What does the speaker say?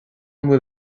bhfuil